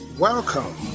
Welcome